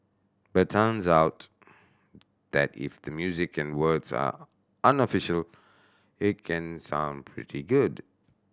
but turns out that if the music and words are unofficial it can sound pretty good